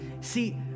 see